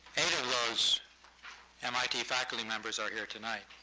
eight of those mit faculty members are here tonight.